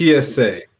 PSA